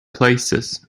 places